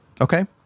Okay